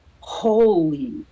holy